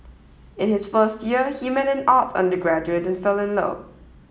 in his first year he met an arts undergraduate and fell in love